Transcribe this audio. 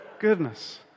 Goodness